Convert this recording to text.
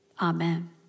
amen